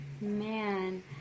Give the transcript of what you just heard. Man